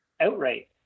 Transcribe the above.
outright